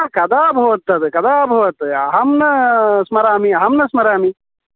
कदा कदा अभवत् तत् कदा अभवत् अहं न स्मरामि अहं न स्मरामि